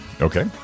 Okay